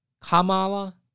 Kamala